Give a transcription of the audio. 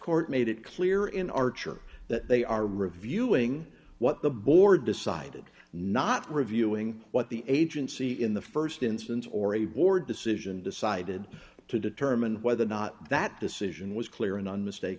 court made it clear in archer that they are reviewing what the board decided not reviewing what the agency in the st instance or a board decision decided to determine whether or not that decision was clear and unmistak